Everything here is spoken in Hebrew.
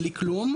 בלי כלום.